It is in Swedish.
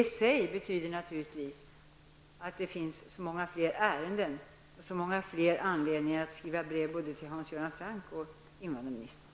Det i sig betyder naturligtvis att det finns så många fler ärenden och så många fler anledningar att skriva brev både till Hans Göran Franck och till invandrarministern.